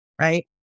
right